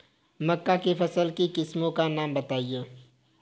मक्का की फसल की किस्मों का नाम बताइये